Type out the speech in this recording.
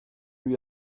lui